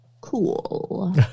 cool